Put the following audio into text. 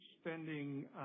spending